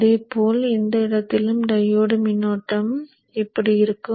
அதேபோல் இந்த இடத்திலும் டையோடு மின்னோட்டம் இப்படி இருக்கும்